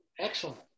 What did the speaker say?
excellent